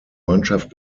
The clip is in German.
mannschaft